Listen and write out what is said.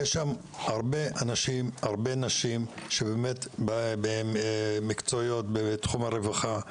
יש שם הרבה אנשים ונשים שבאמת מקצועיים ומקצועיות בתחום הרווחה.